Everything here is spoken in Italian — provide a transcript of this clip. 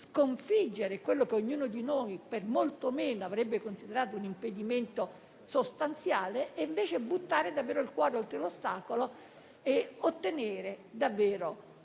sconfiggere quello che ognuno di noi per molto meno avrebbe considerato un impedimento sostanziale, da buttare davvero il cuore oltre l'ostacolo e ottenere